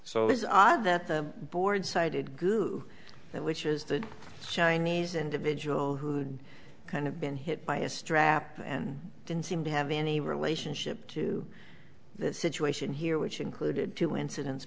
so it was odd that the board sided goo which is the chinese individual who would kind of been hit by a strap and didn't seem to have any relationship to the situation here which included two incidents